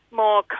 more